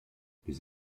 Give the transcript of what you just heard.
les